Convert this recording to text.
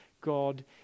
God